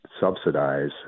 subsidize